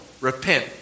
Repent